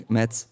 met